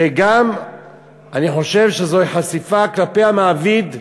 וגם אני חושב שזוהי חשיפה כלפי המעביד.